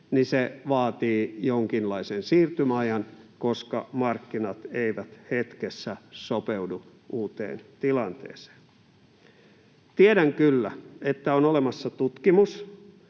niin se vaatii jonkinlaisen siirtymäajan, koska markkinat eivät hetkessä sopeudu uuteen tilanteeseen. Tiedän kyllä, että on olemassa tutkimus